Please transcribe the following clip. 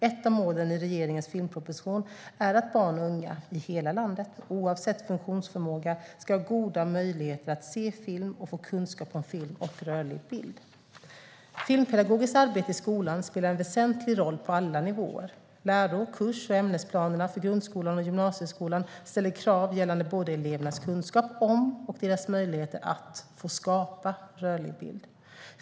Ett av målen i regeringens filmproposition är att barn och unga i hela landet, oavsett funktionsförmåga, ska ha goda möjligheter att se film och få kunskap om film och rörlig bild. Filmpedagogiskt arbete i skolan spelar en väsentlig roll på alla nivåer. Läro-, kurs och ämnesplanerna för grundskolan och gymnasieskolan ställer krav gällande både elevernas kunskap om och deras möjlighet att få skapa rörlig bild.